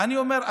אני אומר,